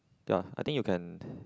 ya I think you can